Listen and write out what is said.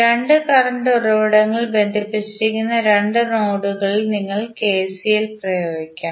രണ്ട് കറന്റ് ഉറവിടങ്ങൾ ബന്ധിപ്പിച്ചിരിക്കുന്ന രണ്ട് നോഡുകളിൽ നിങ്ങൾ കെസിഎൽ പ്രയോഗിക്കണം